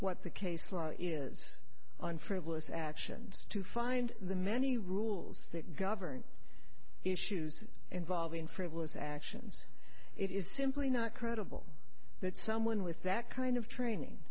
what the case law is on frivolous actions to find the many rules that govern issues involving frivolous actions it is simply not credible that someone with that kind of training